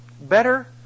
better